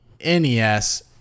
NES